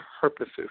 purposes